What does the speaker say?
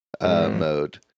mode